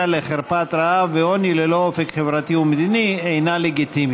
לחרפת רעב ועוני ללא אופק חברתי ומדיני אינה לגיטימית.